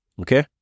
okay